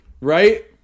Right